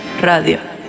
Radio